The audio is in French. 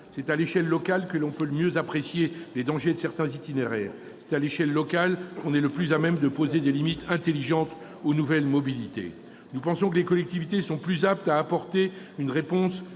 effet à l'échelle locale que l'on peut le mieux apprécier les dangers de certains itinéraires et que l'on est le plus à même de poser des limites intelligentes aux nouvelles mobilités. Nous pensons que les collectivités sont les plus aptes à apporter une réponse